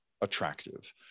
attractive